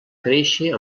créixer